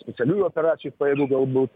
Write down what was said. specialiųjų operacijų pajėgų galbūt